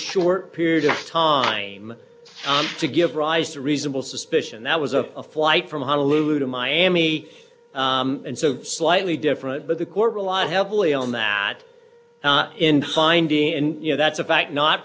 short period of time to give rise to reasonable suspicion that was of a flight from honolulu to miami and so slightly different but the court relied heavily on that not in finding and you know that's a fact not